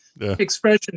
expression